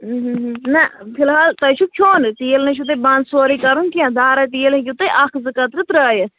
نہ فلحال تۄہہِ چھُو کھیٚون تیٖل نےَ چھُو تۄہہِ بنٛد سورُے کرُن کیٚنٛہہ دارا تیٖل ہیٚکِو تُہۍ اکھ زٕ قطرٕ ترٛٲوِتھ